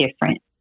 different